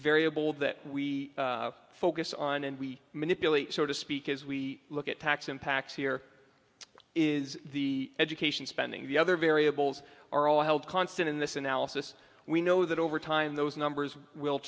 variables that we focus on and we manipulate so to speak as we look at tax impacts here is the education spending the other variables are all held constant in this analysis we know that over time those numbers will